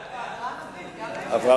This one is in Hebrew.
לאן אתה הולך להגיע?